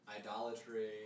idolatry